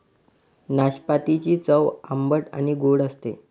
नाशपातीची चव आंबट आणि गोड असते